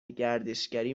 گردشگری